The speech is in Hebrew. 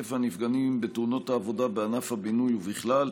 היקף הנפגעים בתאונות העבודה בענף הבינוי ובכלל,